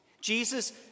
Jesus